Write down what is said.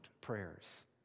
prayers